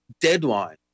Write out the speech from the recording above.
deadlines